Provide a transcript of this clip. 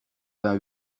vingt